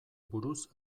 buruz